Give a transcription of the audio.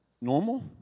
normal